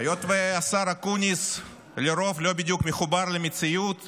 היות שהשר אקוניס לרוב לא בדיוק מחובר למציאות,